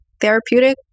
therapeutic